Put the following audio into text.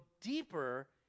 deeper